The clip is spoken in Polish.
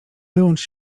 wyłącz